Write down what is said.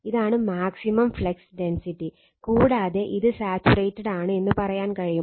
ഇതാണ് maximum flux density കൂടാതെ ഇത് സാചുറേറ്റഡ് ആണ് എന്ന് പറയാൻ കഴിയും